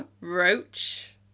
Roach